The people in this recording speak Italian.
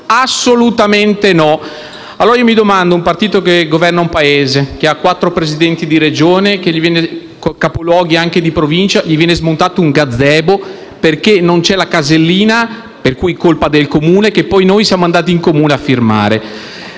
Assolutamente no. Io mi domando: a un partito che governa un Paese, che ha quattro presidenti di Regione e capoluoghi di Provincia, gli viene smontato un gazebo perché non c'era la casellina (per cui la colpa è del Comune), che poi noi siamo andati in Comune a barrare?